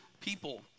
people